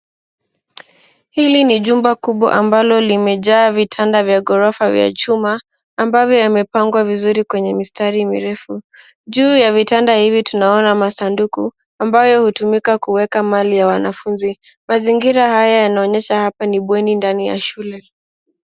Hili ni jumba kubwa ambalo limejaa vitanda vya ghorofa vya chuma ambavyo yamepangwa vizuri kwa mstari mirefu. Juu ya vitanda hivi tunaona masanduku ambayo hutumika kuweka Mali ya wanafunzi. Mazingira haya yanaonyesha hapa ni bweni ndani ya shule.